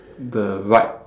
the right